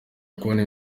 kubona